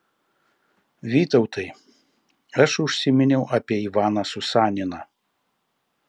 vytautai aš užsiminiau apie ivaną susaniną